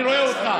אני רואה אותך.